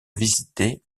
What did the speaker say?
visitée